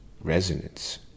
Resonance